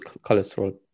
cholesterol